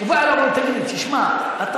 ואתה יודע שכתוב שמשה רבנו גדל בבית של פרעה.